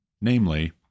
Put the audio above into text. namely